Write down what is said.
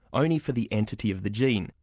only for the entity of the gene.